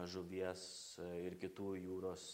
žuvies ir kitų jūros